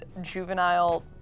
juvenile